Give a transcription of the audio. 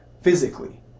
physically